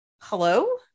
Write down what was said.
hello